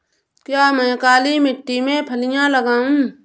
क्या मैं काली मिट्टी में फलियां लगाऊँ?